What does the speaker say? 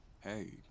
Hey